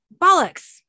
bollocks